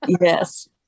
Yes